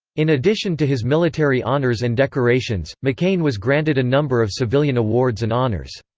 in addition to his military honors and decorations, mccain was granted a number of civilian awards and honors.